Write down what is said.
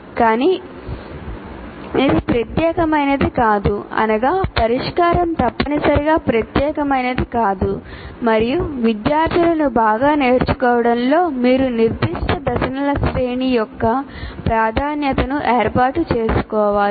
కానీ ఇది ప్రత్యేకమైనది కాదు అనగా పరిష్కారం తప్పనిసరిగా ప్రత్యేకమైనది కాదు మరియు విద్యార్థులను బాగా నేర్చుకోవడంలో మీరు నిర్దిష్ట దశల శ్రేణి యొక్క ప్రాధాన్యతను ఏర్పాటు చేసుకోవాలి